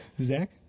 Zach